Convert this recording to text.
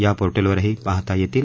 या पोर्टलवरही पाहता येतील